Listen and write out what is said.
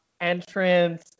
entrance